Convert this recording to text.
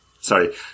sorry